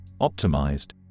optimized